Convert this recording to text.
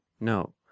no